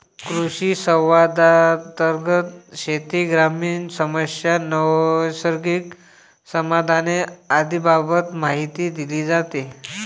कृषिसंवादांतर्गत शेती, ग्रामीण समस्या, नैसर्गिक संसाधने आदींबाबत माहिती दिली जाते